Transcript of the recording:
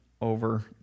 over